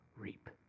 reap